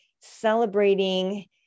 celebrating